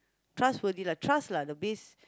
trustworthy lah trust lah the base